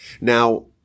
Now